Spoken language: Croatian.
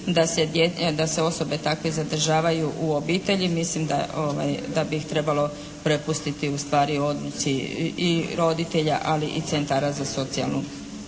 da se osobe takve zadržavaju u obitelji, mislim da bi ih trebalo prepustiti ustvari i odluci i roditelja ali i centara za socijalnu